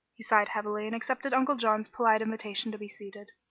he sighed heavily and accepted uncle john's polite invitation to be seated.